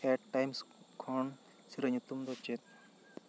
at times ᱠᱷᱚᱱ ᱥᱤᱨᱟᱹ ᱧᱩᱛᱩᱢ ᱫᱚ ᱪᱮᱫ